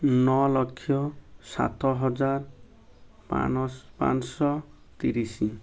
ନଅ ଲକ୍ଷ ସାତ ହଜାର ପାଞ୍ଚଶହ ତିରିଶି